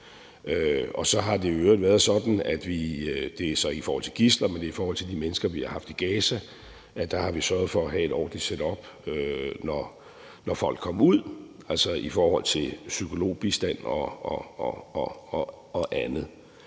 på det her. Det er så i forhold til gidsler, men i forhold til de mennesker, vi har haft i Gaza, har det i øvrigt været sådan, at vi har sørget for at have et ordentligt setup, når folk kom ud, altså i forhold til psykologbistand og andet.